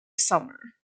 summer